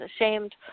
ashamed